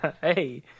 Hey